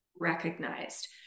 recognized